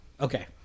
Okay